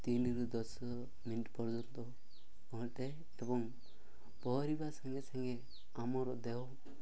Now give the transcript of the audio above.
ତିନିରୁ ଦଶ ମିନିଟ୍ ପର୍ଯ୍ୟନ୍ତ ପହଁରିଥାଏ ଏବଂ ପହଁରିବା ସାଙ୍ଗେ ସାଙ୍ଗେ ଆମର ଦେହ